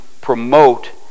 promote